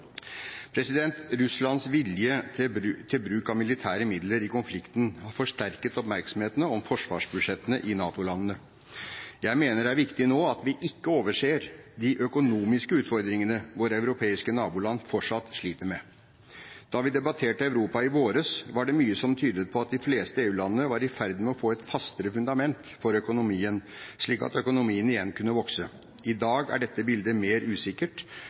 dem. Russlands vilje til bruk av militære midler i konflikten har forsterket oppmerksomheten om forsvarsbudsjettene i NATO-landene. Jeg mener det er viktig nå at vi ikke overser de økonomiske utfordringene våre europeiske naboland fortsatt sliter med. Da vi debatterte Europa i vår, var det mye som tydet på at de fleste EU-landene var i ferd med få et fastere fundament for økonomien slik at den igjen kunne vokse. I dag er dette bildet mer usikkert,